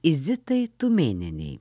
zitai tumėnienei